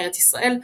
ארץ ישראל,